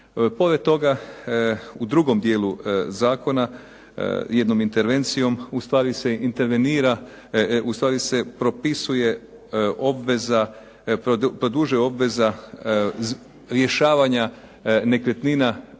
Pored toga u drugom dijelu zakona jednom intervencijom ustvari se intervenira, ustvari se propisuje obveza, produžuje obveza rješavanja nekretnina